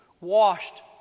Washed